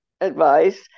advice